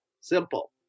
simple